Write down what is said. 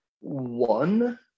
one